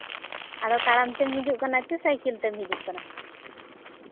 ᱟᱫᱚ ᱛᱟᱲᱟᱢ ᱛᱮᱢ ᱦᱤᱡᱩᱜ ᱠᱟᱱᱟ ᱥᱮ ᱥᱟᱭᱠᱮᱞ ᱛᱮᱢ ᱦᱤᱡᱩᱜ ᱠᱟᱱᱟ